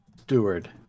steward